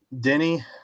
Denny